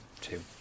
two